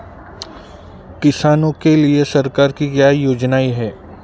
किसानों के लिए सरकार की क्या योजनाएं हैं?